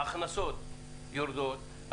ההכנסות יורדות,